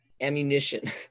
ammunition